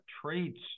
traits